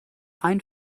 ein